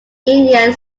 indian